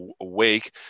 awake